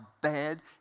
bad